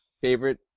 favorite